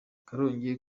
karongi